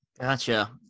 gotcha